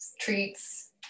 treats